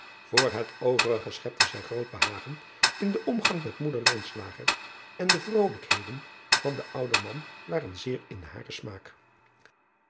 oor het overige schepte zij groot behagen in den omgang met moeder en de vrolijkheden van den ouden man waren zeer in haren smaak